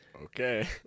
okay